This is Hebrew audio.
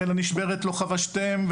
ולנשברת לא חבשתם,